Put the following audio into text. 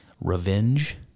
revenge